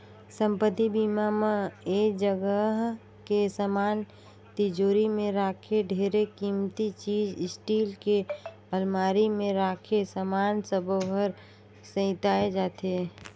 संपत्ति बीमा म ऐ जगह के समान तिजोरी मे राखे ढेरे किमती चीच स्टील के अलमारी मे राखे समान सबो हर सेंइताए जाथे